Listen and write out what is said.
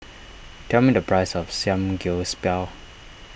tell me the price of Samgyeopsal